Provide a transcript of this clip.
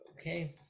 okay